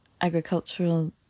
agricultural